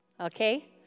Okay